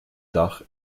dach